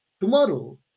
tomorrow